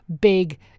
big